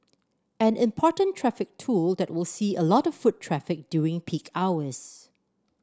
an important traffic tool that will see a lot of foot traffic during peak hours